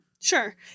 Sure